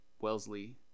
Wellesley